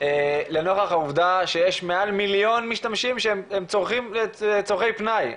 לנוכח העובדה שיש מעל מיליון משתמשים שהם צורכים לצרכי פנאי.